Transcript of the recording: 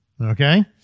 Okay